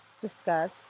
discuss